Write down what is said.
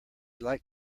like